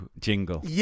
jingle